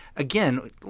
Again